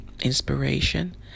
inspiration